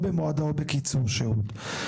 או במועדה או בקיצור שהות.